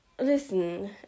listen